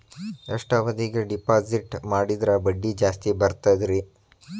ಎಷ್ಟು ಅವಧಿಗೆ ಡಿಪಾಜಿಟ್ ಮಾಡಿದ್ರ ಬಡ್ಡಿ ಜಾಸ್ತಿ ಬರ್ತದ್ರಿ?